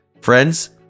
Friends